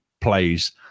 plays